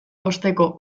osteko